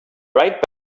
right